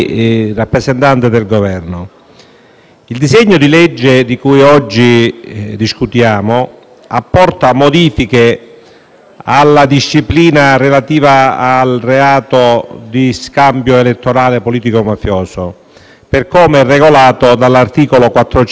il disegno di legge di cui oggi discutiamo apporta modifiche alla disciplina relativa al reato di scambio elettorale politico-mafioso per come è regolato dall'articolo 416-*ter* del codice penale